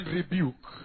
rebuke